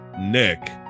Nick